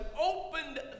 opened